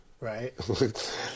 Right